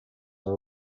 are